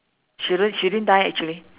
she didn't she didn't die actually